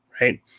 Right